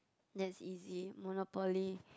that's easy monopoly